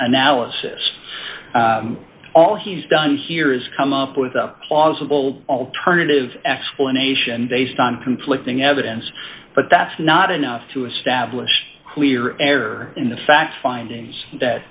analysis all he's done here is come up with a plausible alternative explanation based on conflicting evidence but that's not enough to establish clear air in the fact findings